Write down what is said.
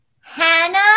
Hannah